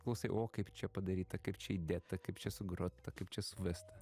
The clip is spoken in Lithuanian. klausai o kaip čia padaryta kaip čia įdėta kaip čia sugrota kaip čia suvesta